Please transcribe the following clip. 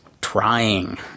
trying